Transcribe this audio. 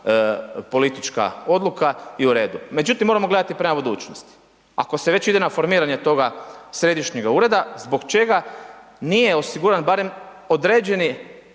politička odluka i uredu. Međutim moramo gledati prema budućnosti ako se već ide na formiranje toga središnjega ureda, zbog čega nije osiguran barem određeni